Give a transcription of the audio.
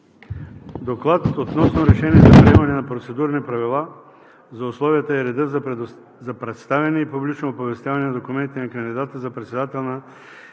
„ДОКЛАД относно решение за приемане на Процедурни правила за условията и реда за представяне и публично оповестяване на документите на кандидата за председател на